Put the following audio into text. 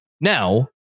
Now